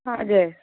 हजुर